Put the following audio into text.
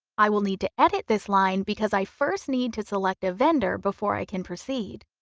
i will need to edit this line because i first need to select a vendor before i can proceed.